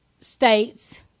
states